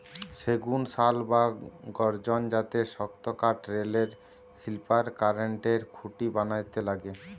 সেগুন, শাল বা গর্জন জাতের শক্তকাঠ রেলের স্লিপার, কারেন্টের খুঁটি বানাইতে লাগে